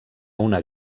una